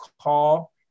call